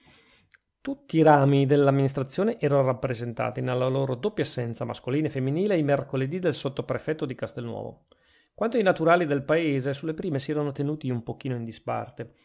tutti i rami della amministrazione erano rappresentati nella loro doppia essenza mascolina e femminile ai mercoledì del sottoprefetto di castelnuovo quanto ai naturali del paese sulle prime si erano tenuti un pochino in disparte